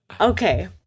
Okay